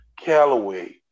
Callaway